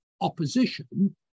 opposition